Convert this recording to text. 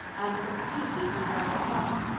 and completely do for us at once.